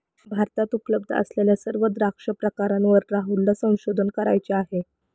भारतात उपलब्ध असलेल्या सर्व द्राक्ष प्रकारांवर राहुलला संशोधन करायचे आहे